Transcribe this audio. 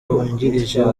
wungirije